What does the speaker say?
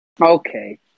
Okay